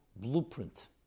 Blueprint